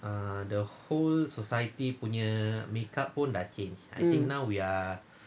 um